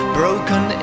broken